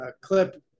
clip